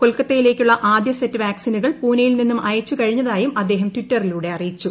കൊൽക്കത്തയിലേക്കുളള് ആദ്യ സെറ്റ് വാക്സിനുകൾ പൂനെയിൽ നിന്നും അയച്ചു കഴിഞ്ഞതായും അദ്ദേഹം ട്വിറ്ററിലൂടെ അറിയിച്ചു